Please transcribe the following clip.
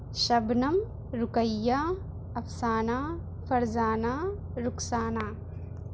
Shabnam Ruqaiya Afsana Farzana Rukhsana